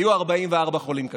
היו 44 חולים קשים,